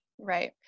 Right